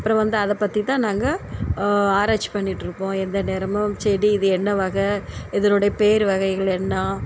அப்பறம் வந்து அதை பற்றி தான் நாங்கள் ஆராய்ச்சி பண்ணிட்டுருப்போம் எந்த நேரமும் செடி இது என்ன வகை இதனுடைய பேர் வகைகள் என்ன